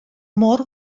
mor